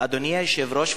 אדוני היושב-ראש,